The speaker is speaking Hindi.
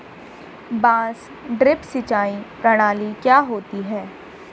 बांस ड्रिप सिंचाई प्रणाली क्या होती है?